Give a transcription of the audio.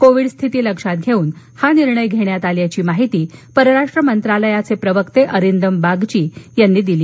Covid स्थिती लक्षात घेऊन हा निर्णय घेतल्याची माहिती परराष्ट्र व्यवहार मंत्रालयाचे प्रवक्ते अरिंदम बागची यांनी दिली